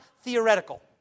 theoretical